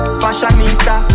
fashionista